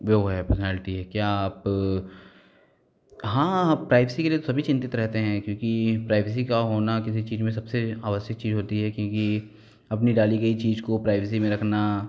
वो है पर्सनैल्टी है क्या आप हाँ हाँ प्राइवेसी के लिए तो सभी चिंतित रहते हैं क्योंकि प्राइवेसी का होना किसी चीज में सबसे आवश्यक चीज होती है क्योंकि अपनी डाली गई चीज को प्राइवेसी में रखना